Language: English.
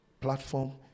platform